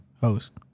Host